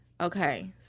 Okay